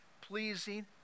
pleasing